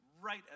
right